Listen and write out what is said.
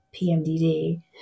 PMDD